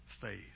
faith